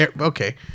Okay